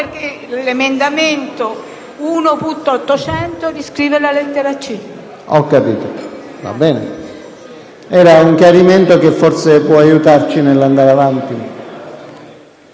l’emendamento 1.800 riscrive la lettera c). PRESIDENTE. Va bene. E[]un chiarimento che forse puo aiutarci nell’andare avanti.